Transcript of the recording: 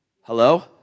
Hello